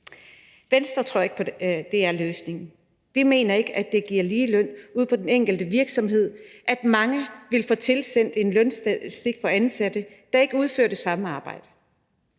Venstre tror vi ikke på, at det er løsningen. Vi mener ikke, at det giver ligeløn ude på den enkelte virksomhed, at mange vil få tilsendt en lønstatistik for ansatte, der ikke udfører det samme arbejde.